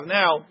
now